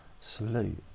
salute